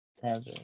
seven